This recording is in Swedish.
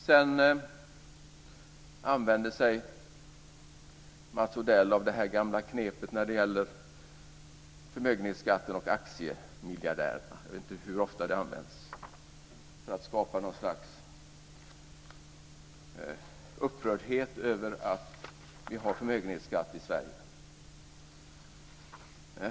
Sedan använde sig Mats Odell av det gamla knepet med förmögenhetsskatten och aktiemiljardärerna. Jag vet inte hur ofta det används för att skapa något slags upprördhet över att vi har förmögenhetsskatt i Sverige.